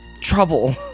trouble